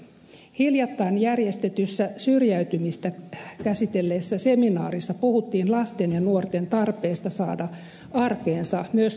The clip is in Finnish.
hiljattain järjestetyssä syrjäytymistä käsitelleessä seminaarissa puhuttiin lasten ja nuorten tarpeesta saada arkeensa myös kiireettömyyttä ja vapautta